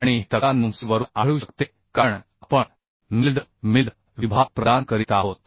आणि हे तक्ता 9c वरून आढळू शकते कारण आपण मिल्ड विभाग प्रदान करीत आहोत